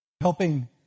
helping